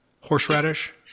horseradish